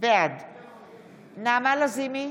בעד נעמה לזימי,